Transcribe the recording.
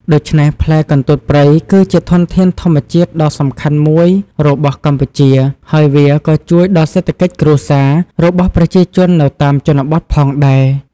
ដូច្នេះ ផ្លែកន្ទួតព្រៃគឺជាធនធានធម្មជាតិដ៏សំខាន់មួយរបស់កម្ពុជា ហើយវាក៏ជួយដល់សេដ្ឋកិច្ចគ្រួសាររបស់ប្រជាជននៅតាមជនបទផងដែរ។